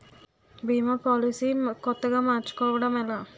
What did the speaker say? భీమా policy కొత్తగా మార్చుకోవడం ఎలా?